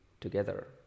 together